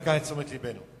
לתשומת לבנו.